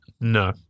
no